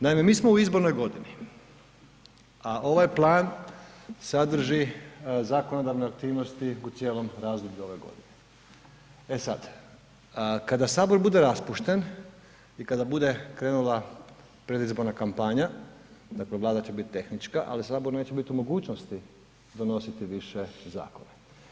Naime, mi smo u izbornoj godini, a ovaj plan sadrži zakonodavne aktivnosti u cijelom razdoblju ove godine, e sada kada Sabor bude raspušten i kada bude krenula predizborna kampanja, dakle Vlada će biti tehnička, ali Sabor neće biti u mogućnosti donositi više zakone.